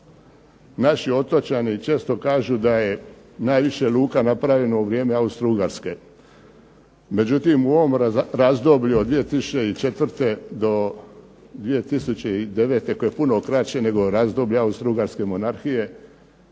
Naši otočani često kažu da je najviše luka napravljeno u vrijeme Austro-ugarske. Međutim, u ovom razdoblju od 2004. do 2009. koje je puno kraće nego razdoblje Austro-ugarske monarhije